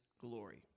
glory